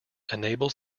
enables